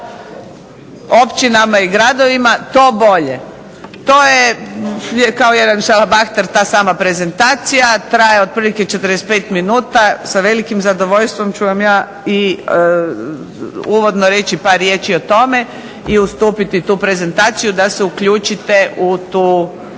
općinama i gradovima, to bolje. To je kao jedan šalabahter ta prezentacija, traje otprilike 45 minuta, sa velikim zadovoljstvom ću vam ja reći par riječi o tome i ustupiti tu prezentaciju da se uključite u tu